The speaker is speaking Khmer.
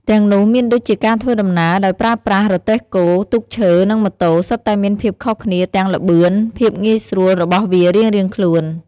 ទាំងនោះមានដូចជាការធ្វើដំណើរដោយប្រើប្រាស់ រទេះគោ ទូកឈើ និងម៉ូតូ សុទ្ធតែមានភាពខុសគ្នាទាំងល្បឿន ភាពងាយស្រួលរបស់វារៀងៗខ្លួន ។